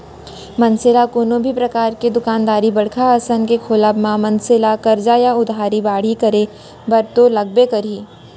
मनसे ल कोनो भी परकार के दुकानदारी बड़का असन के खोलब म मनसे ला करजा या उधारी बाड़ही करे बर तो लगबे करही